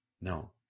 No